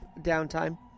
downtime